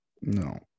No